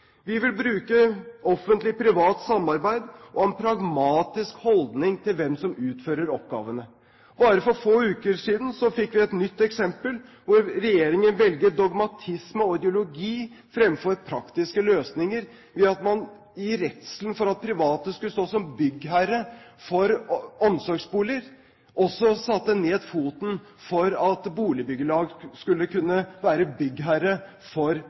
Vi vil bruke Offentlig Privat Samarbeid og ha en pragmatisk holdning til hvem som utfører oppgavene. For bare få uker siden fikk vi et nytt eksempel på at regjeringen velger dogmatisme og ideologi fremfor praktiske løsninger ved at man i redselen for at private skulle stå som byggherre for omsorgsboliger, også satte ned foten for at boligbyggelag skulle kunne være byggherre for